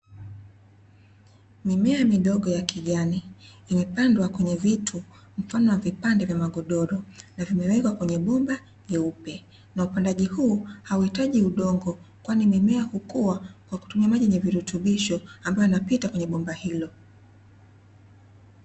Mimea midogo ya kijani imepandwa kwenye vitu, mfano wa vipande vya magodoro, na vimewekwa kwenye bomba nyeupe. Na upandaji huu hauhitaji udongo, kwani mimea hukua kwa kutumia maji yenye virutubisho, ambayo yanapita kwenye bomba hilo.